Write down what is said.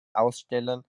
ausstellen